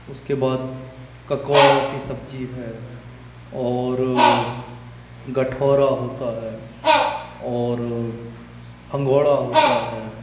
उसके बाद ककोड़ा की सब्ज़ी है और गठौरा होता है और फंगौड़ा होता है